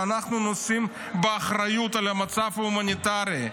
שאנחנו נושאים באחריות על המצב ההומניטרי,